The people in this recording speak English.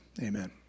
Amen